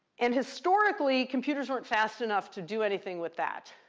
and historically, computers weren't fast enough to do anything with that.